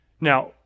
Now